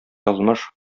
язмыш